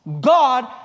God